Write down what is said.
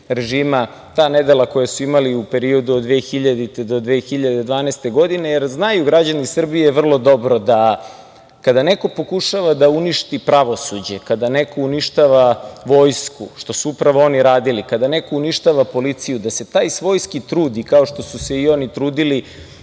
režima, ta nedela koja su imali u periodu od 2000. do 2012. godine, jer znaju građani Srbije vrlo dobro da kada neko pokušava da uništi pravosuđe, kada neko uništava vojsku, što su upravo oni radili, kada neko uništava policiju, da se taj svojski trud, kao što su se i oni trudili